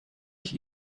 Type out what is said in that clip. ich